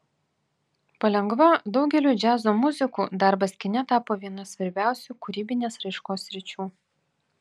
palengva daugeliui džiazo muzikų darbas kine tapo viena svarbiausių kūrybinės raiškos sričių